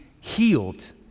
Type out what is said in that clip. healed